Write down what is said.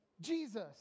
Jesus